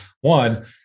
one